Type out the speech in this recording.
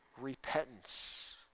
repentance